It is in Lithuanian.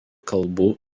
kalbų